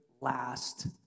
last